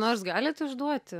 nors galit išduoti